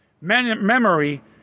Memory